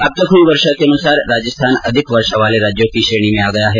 अब तक हुई वर्षा के अनुसार राजस्थान अधिक वर्षा वाले राज्यों की श्रेणी में आ गया है